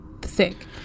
thick